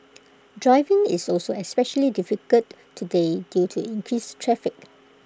driving is also especially difficult today due to increased traffic